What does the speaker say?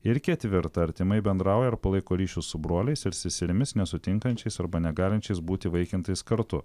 ir ketvirta artimai bendrauja ir palaiko ryšius su broliais ir seserimis nesutinkančiais arba negalinčiais būti įvaikintais kartu